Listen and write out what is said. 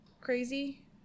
Crazy